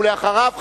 ואחריו,